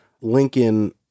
Lincoln